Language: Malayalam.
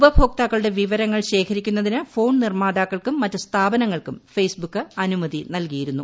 ഉപഭോക്താക്കളുടെ വിവരങ്ങൾ ശേഖരിക്കുന്നതിന് ഫോൺ നിർമ്മാതാക്കൾക്കും മറ്റു സ്ഥാപനങ്ങൾക്കും ഫേസ് ബുക്ക് അനുമതി നൽകിയിരുന്നു